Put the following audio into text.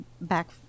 back